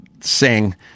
sing